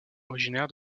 originaire